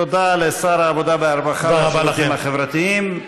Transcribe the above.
תודה לשר העבודה, הרווחה והשירותים החברתיים,